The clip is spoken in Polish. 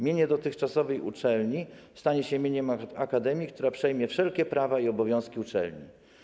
Mienie dotychczasowej uczelni stanie się mieniem akademii, która przejmie wszelkie prawa i obowiązki uczelni.